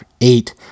eight